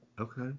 Okay